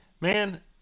man